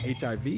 HIV